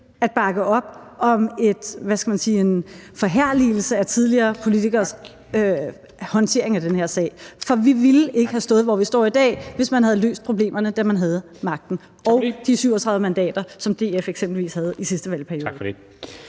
man sige – en forherligelse af tidligere politikeres håndtering af den her sag. For vi ville ikke have stået, hvor vi står i dag, hvis man havde løst problemerne, da man havde magten og de 37 mandater, som DF eksempelvis havde i sidste valgperiode.